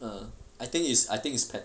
err I think is I think is pe~